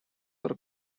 are